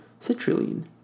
citrulline